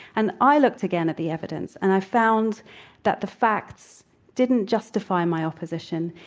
and i looked again at the evidence and i found that the facts didn't justify my opposition.